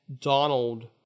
Donald